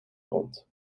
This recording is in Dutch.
rond